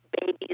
babies